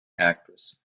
actress